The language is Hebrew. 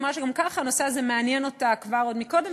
היא אמרה שגם כך הנושא הזה מעניין אותה עוד מקודם,